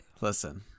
listen